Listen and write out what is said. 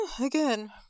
Again